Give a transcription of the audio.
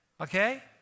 Okay